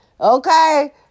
Okay